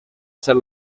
hacer